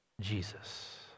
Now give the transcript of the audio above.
Jesus